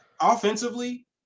offensively